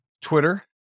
Twitter